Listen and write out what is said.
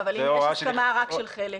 אבל אם יש הסכמה רק של חלק?